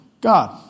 God